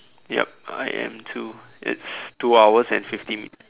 yup I am too it's two hours and fifty